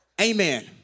Amen